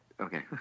okay